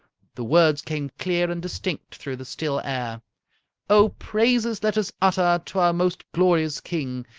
the words came clear and distinct through the still air oh, praises let us utter to our most glorious king!